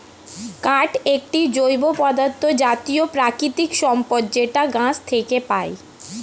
কাঠ একটি জৈব পদার্থ জাতীয় প্রাকৃতিক সম্পদ যেটা গাছ থেকে পায়